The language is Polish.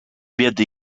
biedy